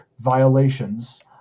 violations